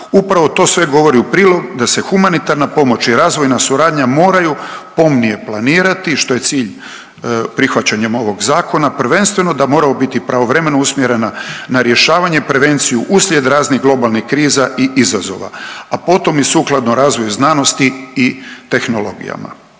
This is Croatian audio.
Upravo to sve govori u prilog da se humanitarna pomoć i razvojna suradnja moraju pomnije planirati što je cilj prihvaćanjem ovog zakona prvenstveno da mora biti pravovremeno usmjerena na rješavanje i prevenciju uslijed raznih globalnih kriza i izazova, a potom i sukladno razvoju znanosti i tehnologijama.